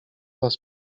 was